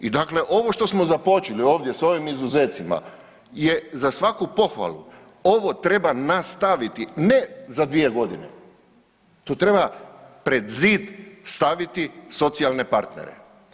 I dakle, ovo što smo započeli ovdje, s ovim izuzecima je za svaku pohvalu, ovo treba nastaviti ne za 2 godine, to treba pred zid staviti socijalne partnere.